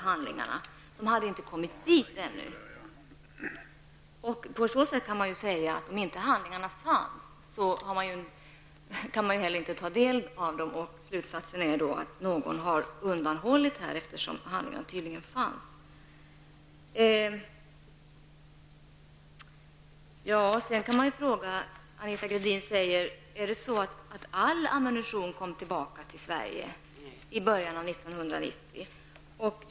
Handlingarna hade ännu inte kommit dit. Därför kan man säga att om inte handlingarna fanns går det inte heller att ta del av dem. Slutsatsen blir då att någon har gjort sig skyldig till undanhållande, eftersom handlingarna tydligen fanns. Sedan kan man fråga sig om all ammunition kom tillbaka till Sverige i början av 1990.